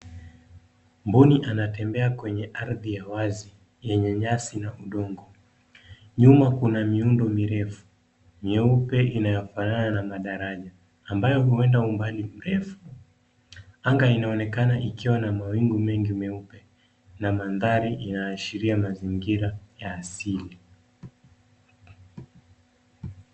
Mbuni anatembea kwenye ardhi ya wazi yenye nyasi na udongo. Nyuma kuna miundo mirefu, myeupe inayofanana na madaraja ambayo huenda umbali mrefu. Anga inaonekana ikiwa na mawingu mengi meupe, na mandhari inaashiria mazingira ya asaili.